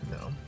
No